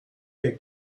der